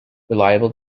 reliable